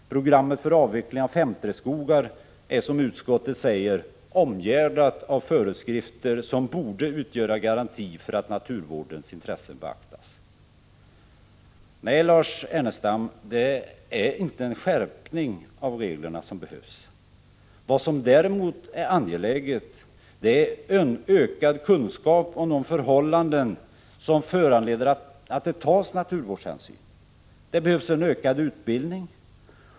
Programmet för avveckling av 5:3-skogar är, som utskottet säger, omgärdat av föreskrifter som borde utgöra garanti för att naturvårdens intressen beaktas. Nej, Lars Ernestam, det är inte en skärpning av reglerna som behövs. Vad som däremot är angeläget är ökad kunskap om de förhållanden som föranleder att det tas naturvårdshänsyn. Det behövs en ökad utbildning.